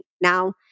Now